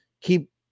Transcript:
Keep